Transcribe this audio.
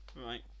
Right